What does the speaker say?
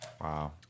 Wow